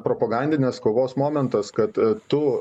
propagandinės kovos momentas kad tu